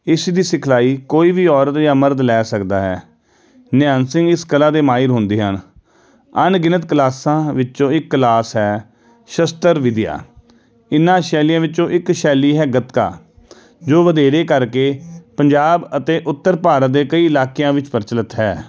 ਇਸ ਦੀ ਸਿਖਲਾਈ ਕੋਈ ਵੀ ਔਰਤ ਜਾਂ ਮਰਦ ਲੈ ਸਕਦਾ ਹੈ ਨਿਹੰਗ ਸਿੰਘ ਇਸ ਕਲਾ ਦੇ ਮਾਹਿਰ ਹੁੰਦੇ ਹਨ ਅਨਗਿਣਤ ਕਲਾਸਾਂ ਵਿੱਚੋਂ ਇੱਕ ਕਲਾਸ ਹੈ ਸ਼ਸਤਰ ਵਿੱਦਿਆ ਇਹਨਾਂ ਸ਼ੈਲੀਆਂ ਵਿੱਚੋਂ ਇੱਕ ਸ਼ੈਲੀ ਹੈ ਗਤਕਾ ਜੋ ਵਧੇਰੇ ਕਰਕੇ ਪੰਜਾਬ ਅਤੇ ਉੱਤਰ ਭਾਰਤ ਦੇ ਕਈ ਇਲਾਕਿਆਂ ਵਿੱਚ ਪ੍ਰਚਲਿਤ ਹੈ